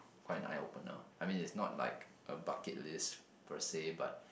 quite an eye opener I mean it's not like a bucket list per se but